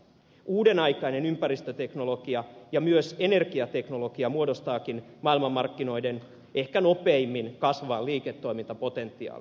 uudenaikainen ympäristöteknologia ja myös energiateknologia muodostavatkin maailmanmarkkinoiden ehkä nopeimmin kasvavan liiketoimintapotentiaalin